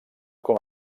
com